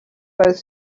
both